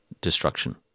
destruction